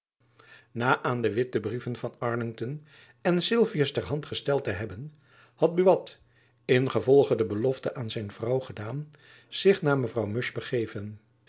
na aan de witt de brieven van arlington en sylvius ter hand gesteld te hebben had buat ingevolge de belofte aan zijn vrouw gedaan zich naar mevrouw musch begeven